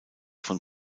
von